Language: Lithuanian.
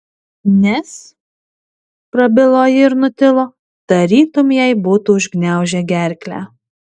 nes prabilo ji ir nutilo tarytum jai būtų užgniaužę gerklę